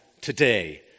today